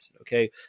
okay